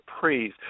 praise